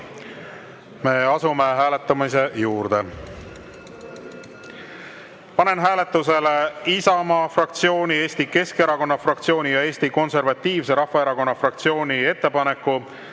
Me asume hääletamise juurde. Panen hääletusele Isamaa fraktsiooni, Eesti Keskerakonna fraktsiooni ja Eesti Konservatiivse Rahvaerakonna fraktsiooni ettepaneku